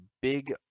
big